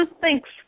Thanks